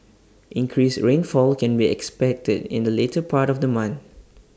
increased rainfall can be expected in the later part of the month